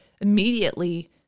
immediately